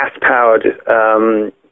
gas-powered